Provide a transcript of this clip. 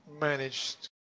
managed